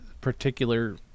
particular